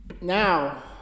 Now